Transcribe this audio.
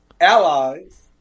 allies